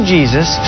Jesus